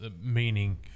meaning